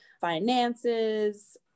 finances